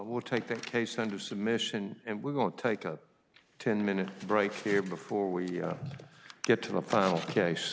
will take their case under submission and we're going to take a ten minute break here before we get to the final case